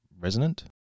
resonant